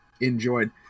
enjoyed